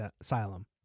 asylum